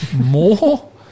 more